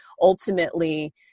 ultimately